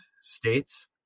states